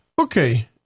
Okay